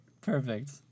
Perfect